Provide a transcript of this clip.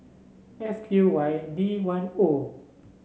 F Q Y D one O